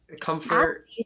comfort